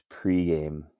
pregame